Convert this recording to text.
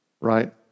right